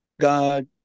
God